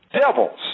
devils